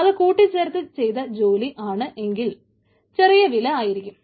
അത് കൂട്ടിച്ചേർത്ത് ചെയ്ത ജോലി ആണ് എങ്കിൽ ചെറിയ വില ആയിരിക്കും